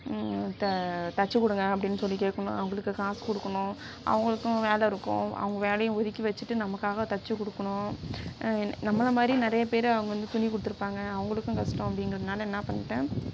தச்சு கொடுங்க அப்படினு சொல்லி கேட்கணும் அவங்களுக்கு காசு கொடுக்கணும் அவங்களுக்கும் வேலை இருக்கும் அவங்க வேலையை ஒதுக்கி வச்சிட்டு நமக்காக தச்சு கொடுக்கணும் நம்மளமாதிரி நிறைய பேர் அங்கே வந்து துணி கொடுத்துருப்பாங்க அவங்களுக்கும் கஷ்டம் அப்படிங்கிறதுனால என்ன பண்ணிட்டேன்